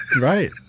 Right